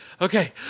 Okay